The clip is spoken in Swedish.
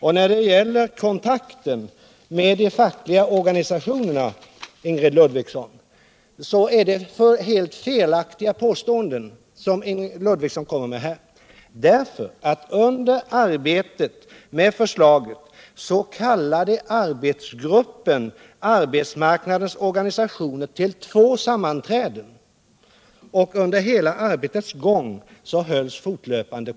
I fråga om kontakter med de fackliga organisationerna kommer Ingrid Ludvigsson med helt felaktiga påståenden. Under arbetet med förslaget kallade arbetsgruppen arbetsmarknadens organisationer till två sammanträden, och under arbetets gång togs kontakter fortlöpande.